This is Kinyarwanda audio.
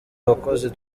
abakozi